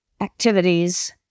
activities